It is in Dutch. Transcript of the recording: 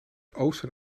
oosten